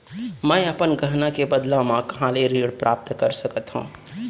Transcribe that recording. मै अपन गहना के बदला मा कहाँ ले ऋण प्राप्त कर सकत हव?